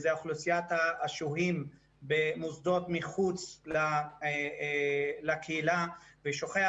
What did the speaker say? שהיא אוכלוסיית השוהים במוסדות מחוץ לקהילה ושוכח